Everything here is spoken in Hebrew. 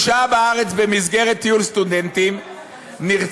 הוא שהה בארץ במסגרת טיול סטודנטים ונרצח